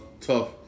tough